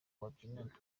babyinana